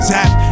Zap